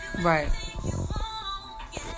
Right